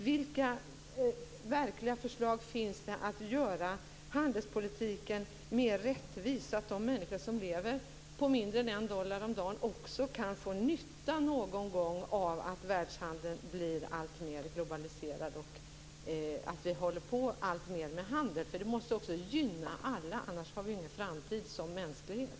Vilka verkliga förslag finns det för att göra handelspolitiken mer rättvis så att de människor som lever på mindre än en dollar om dagen också någon gång kan få nytta av att världshandeln blir alltmer globaliserad och av att vi sysslar alltmer med handel? Det måste ju också gynna alla, annars har vi ju ingen framtid som mänsklighet.